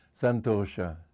santosha